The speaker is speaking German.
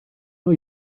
new